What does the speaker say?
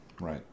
Right